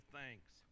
thanks